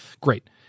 Great